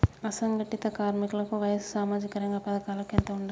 అసంఘటిత కార్మికుల వయసు సామాజిక రంగ పథకాలకు ఎంత ఉండాలే?